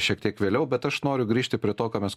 šiek tiek vėliau bet aš noriu grįžti prie to ką mes